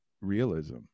realism